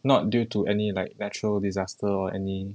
not due to any like natural disaster or any